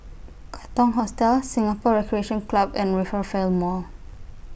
Katong Hostel Singapore Recreation Club and Rivervale Mall